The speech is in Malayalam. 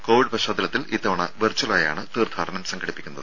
കോവിഡ് പശ്ചാത്തലത്തിൽ ഇത്തവണ വെർച്വലായാണ് തീർത്ഥാടനം സംഘടിപ്പിക്കുന്നത്